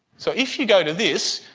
so if you go to this,